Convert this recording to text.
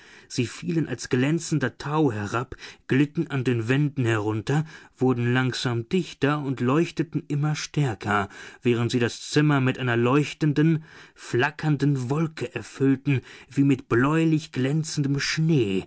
sie fielen als glänzender tau herab glitten an den wänden herunter wurden langsam dichter und leuchteten immer stärker während sie das zimmer mit einer leuchtenden flackernden wolke erfüllten wie mit bläulich glänzendem schnee